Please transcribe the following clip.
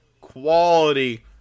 quality